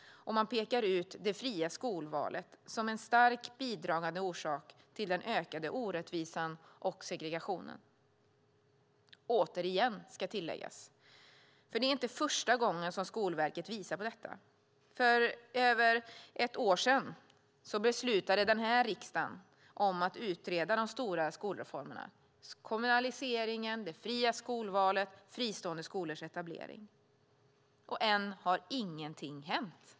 Man pekar ut det fria skolvalet som en starkt bidragande orsak till den ökade orättvisan och segregationen - återigen ska tilläggas. Det är inte första gången som Skolverket visar på detta. För över ett år sedan beslutade den här riksdagen om att utreda de stora skolreformerna - kommunaliseringen, det fria skolvalet och fristående skolors etablering. Än har ingenting hänt.